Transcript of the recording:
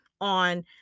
on